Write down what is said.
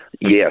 Yes